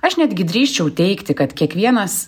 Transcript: aš netgi drįsčiau teigti kad kiekvienas